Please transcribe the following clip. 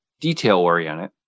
detail-oriented